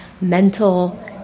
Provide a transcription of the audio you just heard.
mental